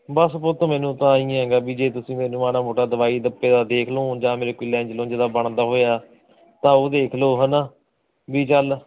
ਬਸ ਪੁੱਤ ਮੈਨੂੰ ਤਾਂ ਐਂ ਈ ਐਗਾ ਵੀ ਜੇ ਤੁਸੀਂ ਮੈਨੂੰ ਮਾੜਾ ਮੋਟਾ ਦਵਾਈ ਦੱਪੇ ਦਾ ਦੇਖਲੋਂ ਜਾਂ ਮੇਰੇ ਕੋਈ ਲੈਂਜ ਲੁਨਜ ਦਾ ਬਣਦਾ ਹੋਇਆ ਤਾਂ ਉਹ ਦੇਖਲੋ ਹੈਨਾ ਵੀ ਚੱਲ